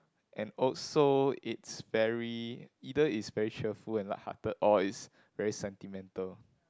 and also it's very either it's very cheerful and lighthearted or it's very sentimental